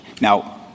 Now